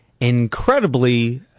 Incredibly